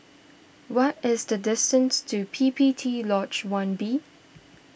what is the distance to P P T Lodge one B